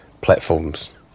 platforms